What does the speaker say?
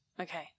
okay